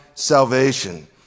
salvation